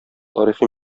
тарихи